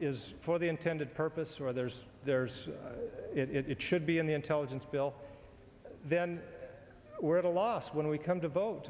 is for the intended purpose or there's there's it should be in the intelligence bill then we're at a loss when we come to vote